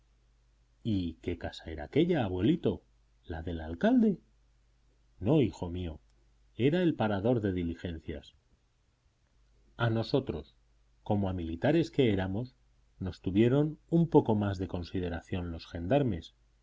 y qué casa era aquélla abuelito la del alcalde no hijo mío era el parador de diligencias a nosotros como a militares que éramos nos tuvieron un poco más de consideración los gendarmes